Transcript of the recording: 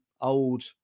old